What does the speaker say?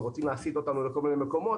ורוצים להסיט אותנו לכל מיני מקומות.